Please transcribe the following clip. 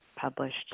published